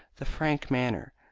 the frank manner.